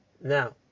Now